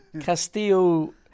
Castillo